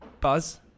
Buzz